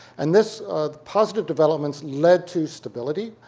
and this positive development led to stability,